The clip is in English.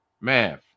math